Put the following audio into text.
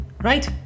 right